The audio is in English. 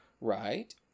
right